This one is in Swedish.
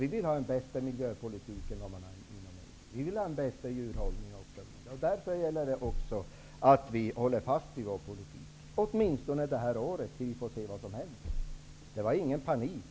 Vi vill ha en bättre miljöpolitik än man har inom EG, och vi vill ha en bättre djurhållning, osv. Därför gäller det att vi håller fast vid vår politik, åtminstone under detta år. Sedan får vi se vad som händer. Det var ingen panik.